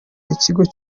ikigo